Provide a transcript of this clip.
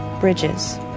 Bridges